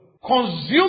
Consume